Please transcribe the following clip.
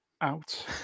out